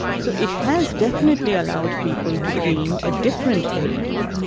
so it has definitely allowed people to dream a different dream,